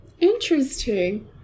Interesting